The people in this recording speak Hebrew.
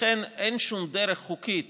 לכן אין שום דרך חוקית